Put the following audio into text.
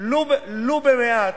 ולו במעט,